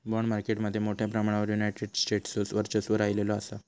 bond market मध्ये मोठ्या प्रमाणावर युनायटेड स्टेट्सचो वर्चस्व राहिलेलो असा